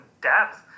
depth